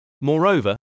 Moreover